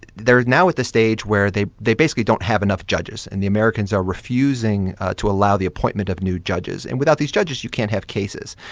they're now at the stage where they they basically don't have enough judges, and the americans are refusing to allow the appointment of new judges. and without these judges, you can't have cases.